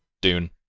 Dune